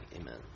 Amen